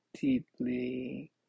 deeply